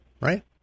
Right